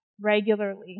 regularly